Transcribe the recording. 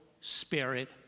spirit